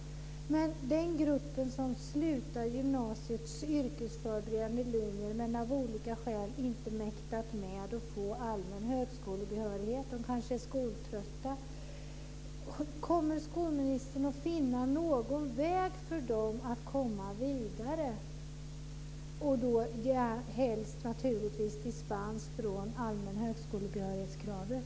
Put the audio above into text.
Kommer skolministern att för den grupp som slutar gymnasiets yrkesförberedande linjer men av olika skäl inte har mäktat med att få allmän högskolebehörighet, de kanske är skoltrötta, finna en väg att gå vidare? Helst ska de få dispens från kravet på allmän högskolebehörighet.